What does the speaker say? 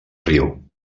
riu